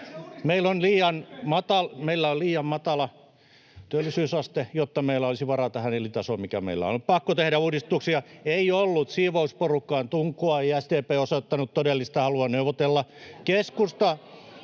Meillä on liian matala työllisyysaste, jotta meillä olisi varaa tähän elintasoon, mikä meillä on. On ollut pakko tehdä uudistuksia. Ei ollut siivousporukkaan tunkua. SDP ei osoittanut todellista halua neuvotella. Keskusta